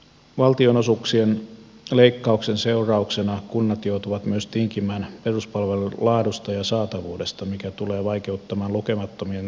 valtionosuuksien leikkauksen seurauksena kunnat joutuvat myös tinkimään peruspalvelujen laadusta ja saatavuudesta mikä tulee vaikeuttamaan lukemattomien kotitalouksien arkea